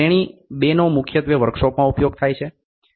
શ્રેણી ૨નો મુખ્યત્વે વર્કશોપમાં ઉપયોગ થાય છે